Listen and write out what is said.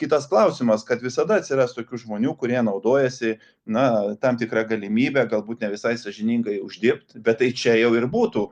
kitas klausimas kad visada atsiras tokių žmonių kurie naudojasi na tam tikra galimybe galbūt nevisai sąžiningai uždirbt bet tai čia jau ir būtų